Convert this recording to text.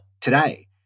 today